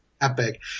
epic